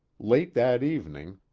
late that evening,